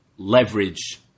leverage